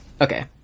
Okay